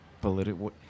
political